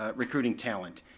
ah recruiting talent?